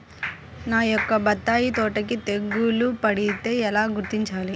నా యొక్క బత్తాయి తోటకి తెగులు పడితే ఎలా గుర్తించాలి?